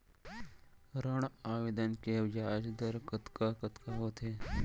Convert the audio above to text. ऋण आवेदन के ब्याज दर कतका कतका होथे?